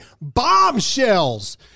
bombshells